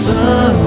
sun